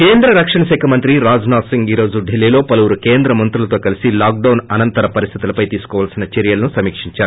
కేంద్ర రక్షణ శాఖ మంత్రి రాజ్నాథ్ సింగ్ ఈ రోజు ఢిల్లీలో పలువురి కేంద్ర మంత్రులతో కలిసి లాక్డౌన్ అనంతర పరిస్థితులపై తీసుకోవాల్సిన చర్యలు సమికిందారు